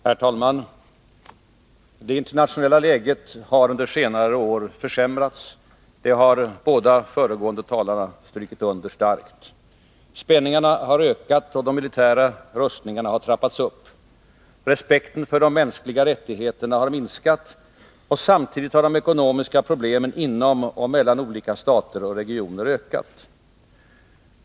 Herr talman! Det internationella läget har under senare år försämrats; det har båda de föregående talarna kraftigt strukit under. Spänningarna har ökat, och de militära rustningarna har trappats upp. Respekten för de mänskliga rättigheterna har minskat. Samtidigt har de ekonomiska problemen inom och mellan olika stater och regioner ökat.